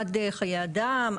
עד חיי אדם?